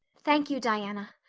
thank you, diana.